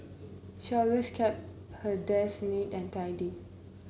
she always kept her desk neat and tidy